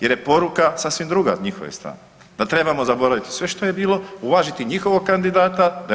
Jer je poruka sasvim druga s njihove strane, da trebamo zaboraviti sve što je bilo, uvažiti njihovog kandidata, da je